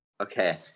Okay